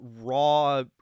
raw